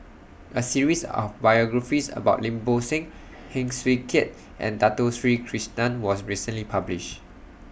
A series of biographies about Lim Bo Seng Heng Swee Keat and Dato Sri Krishna was recently published